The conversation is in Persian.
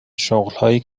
شغلهایی